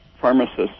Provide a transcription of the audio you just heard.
pharmacists